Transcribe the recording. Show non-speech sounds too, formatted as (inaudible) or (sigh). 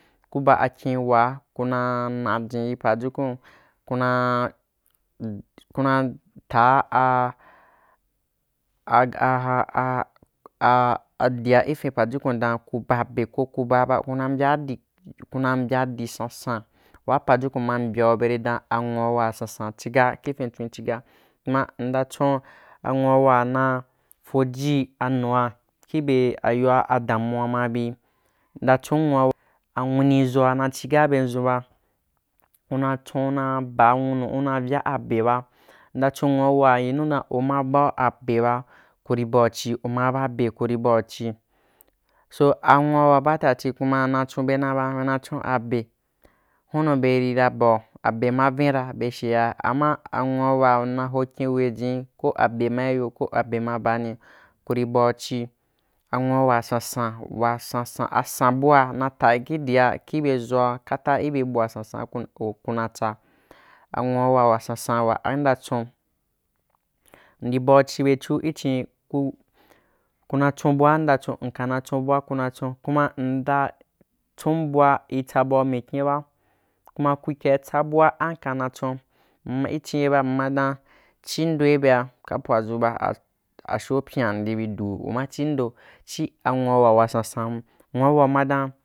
Ku ba akyín waa kunaa najin yi pajukun kuna kuna taa a a (hesitation) adia ifín paju kun dan ko ku ba be ko ku baa ku na mbaayi kuna mbyadi san waa pajukun ma mbyau beri dan a nwuawa sansan chiga kifintswin chiga kna mnda chon a nwuauwa na fiji a nua kibe ayoa a damua mabi mnda chon nwua anwini ʒoa na chokaa bendʒun ba kuna chon na ba nwunu hna vya abe ba mnda chon nwuawa yinu dan uma bau abe ba kurí bau chi uma ba be kuri bau chi so anwuawa baatati kuma be na chonbe nab be na chon abe hunu berí ra bau abe ma vinra be sheya ama anwuawa na hokyin wejini ko abe ma iyo ko abe ma baanì kuri bau chi anwuawa sansan wa san san a san bua na ta kidia kibe ʒoa kibe ʒia kata ibe bua sansan kuko kuna tsa anwuawa wasansan wa am nda chon mndi bau chi bechu i cín ku-kuna chon bua mnda chon n kana chon bua ku na chon kuma mnda chon bua i tsa bau mkyīm ba kuma kui kaí tsa bua an ka na chon i chin ye mma dan chi ndo ibea ka pwadʒu ba as-asho ndo ibea ka pwadʒu ba as asho pyīna mndi bī duu uma chī ndo chí nwua wuwa wasansan ndo chí nwua wuwa wasansan ndo chí nwua wuwa wasansan hun nwuawa mma dan.